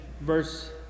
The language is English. verse